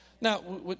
Now